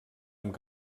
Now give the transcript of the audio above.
amb